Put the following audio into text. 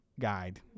Guide